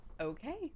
okay